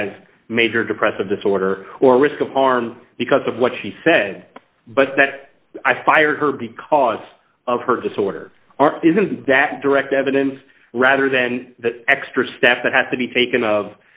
has major depressive disorder or risk of harm because of what she said but that i fired her because of her disorder isn't that direct evidence rather than the extra step that has to be taken of